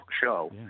show